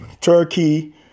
Turkey